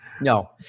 no